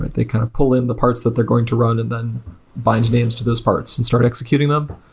they kind of pull in the parts that they're going to run and then bind names to those parts and start executing them.